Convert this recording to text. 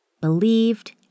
believed